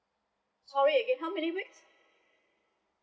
sorry again how many weeks